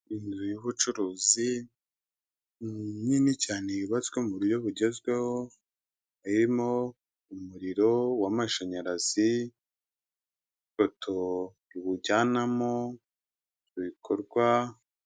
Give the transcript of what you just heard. Inzu y'ubucuruzi nini cyane yubatswe mu buryo bugezweho, irimo umuriro w'amashanyarazi, ipoto riwujyanamo, ibikorwa.